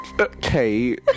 okay